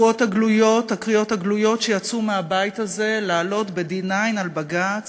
הקריאות הגלויות שיצאו מהבית הזה לעלות ב-D-9 על בג"ץ,